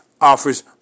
offers